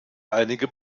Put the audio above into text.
einige